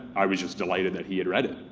i was just delighted that he had read it,